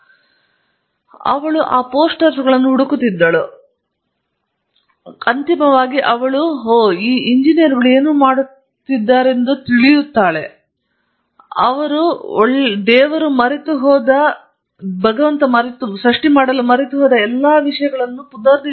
ನಂತರ ಅವಳು ಈ ಪೋಸ್ಟರ್ಗಳನ್ನು ಹುಡುಕುತ್ತಿದ್ದಳು ಮತ್ತು ಅಂತಿಮವಾಗಿ ಅವಳು ಓಹ್ ಈಗ ಎಂಜಿನಿಯರ್ಗಳು ಏನು ಮಾಡುತ್ತಿದ್ದಾರೆಂದು ತಿಳಿದಿರುತ್ತಾಳೆ ಅವರು ಒಳ್ಳೆಯ ದೇವರು ಮರೆತುಹೋದ ಎಲ್ಲಾ ವಿಷಯಗಳನ್ನು ಮಾಡುತ್ತಾರೆ